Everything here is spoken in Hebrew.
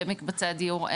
במקצבי הדיור,